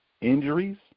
Injuries